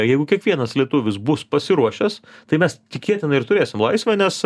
jeigu kiekvienas lietuvis bus pasiruošęs tai mes tikėtina ir turėsim laisvę nes